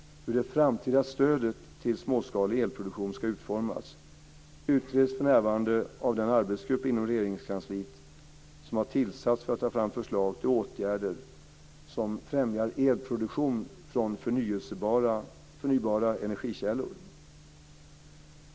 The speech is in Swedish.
Hur det framtida stödet till småskalig elproduktion ska utformas utreds för närvarande av den arbetsgrupp inom Regeringskansliet som har tillsatts för att ta fram förslag till åtgärder som främjar elproduktion från förnybara energikällor.